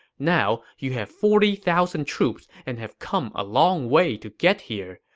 now, you have forty thousand troops and have come a long way to get here.